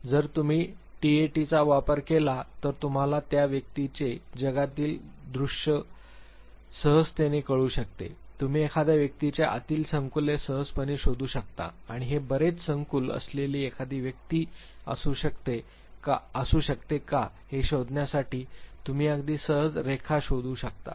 जर तुम्ही टाटचा वापर केला तर तुम्हाला त्या व्यक्तीचे जगातील दृश्य सहजतेने कळू शकते तुम्ही एखाद्या व्यक्तीचे आतील संकुले सहजपणे शोधू शकता आणि हे बरेच संकुल असलेली एखादी व्यक्ती असू शकते का हे शोधण्यासाठी तुम्ही अगदी सहज रेखा शोधू शकता